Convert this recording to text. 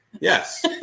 yes